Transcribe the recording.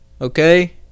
okay